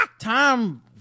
time